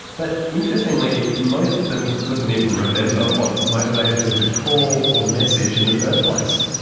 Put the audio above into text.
but interestingly most of them couldn't even remember what motivated them to call or message in the first place.